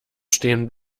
stehen